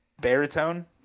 baritone